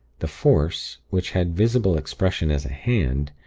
the force, which had visible expression as a hand,